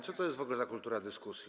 Co to jest w ogóle za kultura dyskusji?